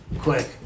quick